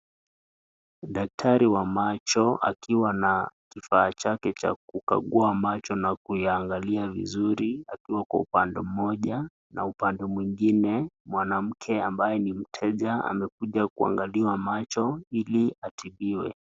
Daktari wa macho akiwa na kifaa chake cha kukaguwa macho na kuyaangalia vizuri akiwa Kwa upande moja, na upande mwingine mwanamke ambayo ni mteja, amekuja kuangalia macho ili atibiwe.